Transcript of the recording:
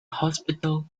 hospital